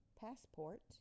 Passport